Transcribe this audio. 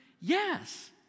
Yes